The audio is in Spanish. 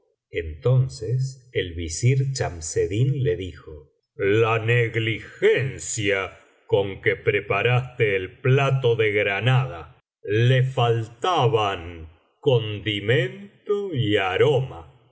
entonces el visir chamseddin le dijo la negligencia con que preparaste el plato de granada le biblioteca valenciana generalitat valenciana histokiá del visir nureddin faltaban condimento y aroma